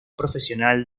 profesional